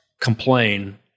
complain